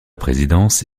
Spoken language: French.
présidence